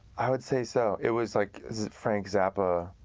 i would say so. it was like frank zappa,